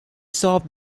solved